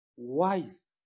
wise